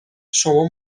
شما